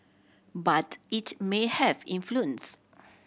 but it may have influence